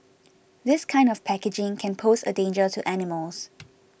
this kind of packaging can pose a danger to animals